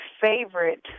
favorite